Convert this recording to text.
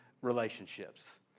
relationships